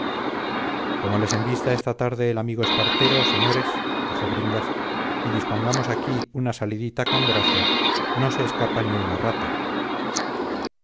como les embista esta tarde el amigo espartero señores dijo bringas y dispongamos aquí una salidita con gracia no se escapa ni una rata